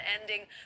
ending